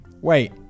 Wait